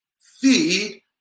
feed